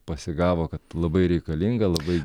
pasigavo kad labai reikalinga labai